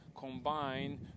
combine